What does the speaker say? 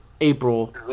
April